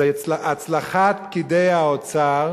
זה הצלחת פקידי האוצר